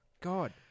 God